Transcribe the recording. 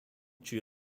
due